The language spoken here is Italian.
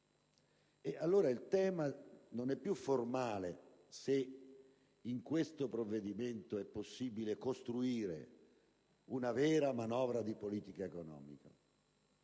allora il tema non è più formale, cioè valutare se in questo provvedimento è possibile costruire una vera manovra di politica economica.